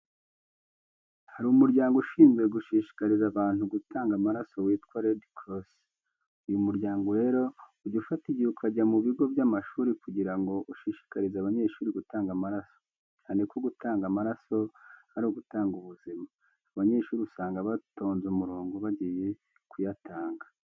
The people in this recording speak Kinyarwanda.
Hari umuryango ushinzwe gushishikariza abantu gutanga amaraso witwa Red Cross. Uyu muryango rero ujya ufata igihe ukajya mu bigo by'amashuri kugira ngo ushishikarize abanyeshuri gutanga amaraso, cyane ko gutanga amaraso ari ugutanga ubuzima. Abanyeshuri usanga batonze umurongo bagiye kuyatanga.